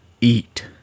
Eat